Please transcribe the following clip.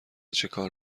چیکار